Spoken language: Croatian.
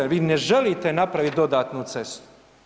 Vi ne želite napraviti dodatnu cestu.